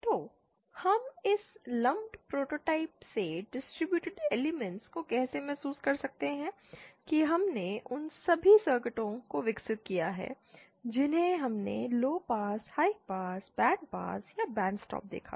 तो हम इस लंप प्रोटोटाइप से डिस्टर्बेटेड एलिमेंट्स को कैसे महसूस कर सकते हैं कि हमने उन सभी सर्किटों को विकसित किया है जिन्हें हमने low pass high pass band pass या बैंड स्टॉप देखा था